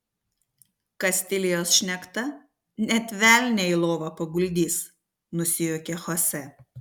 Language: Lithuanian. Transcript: kastilijos šnekta net velnią į lovą paguldys nusijuokė chose